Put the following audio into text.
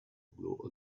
blow